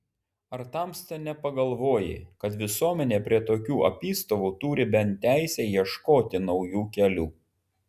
ar tamsta nepagalvoji kad visuomenė prie tokių apystovų turi bent teisę ieškoti naujų kelių